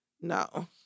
No